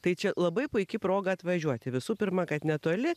tai čia labai puiki proga atvažiuoti visų pirma kad netoli